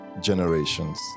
generations